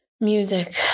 Music